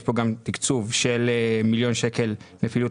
יש פה גם תקצוב של מיליון שקל לפעילות